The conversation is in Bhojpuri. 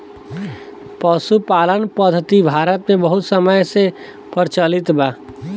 पशुपालन पद्धति भारत मे बहुत समय से प्रचलित बा